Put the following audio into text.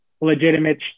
legitimate